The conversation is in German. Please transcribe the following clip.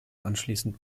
anschließend